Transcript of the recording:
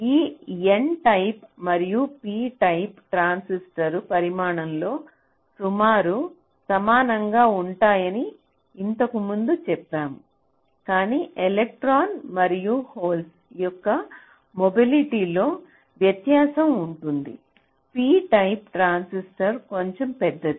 ఈ N type మరియు P type ట్రాన్సిస్టర్లు పరిమాణంలో సుమారు సమానంగా ఉంటాయని ఇంతకు ముందే చెప్పాము కాని ఎలక్ట్రాన్లు మరియు హోల్ యొక్క మొబిలిటీ లో వ్యత్యాసం ఉంటుంది P టైప్ ట్రాన్సిస్టర్ కొంచెం పెద్దది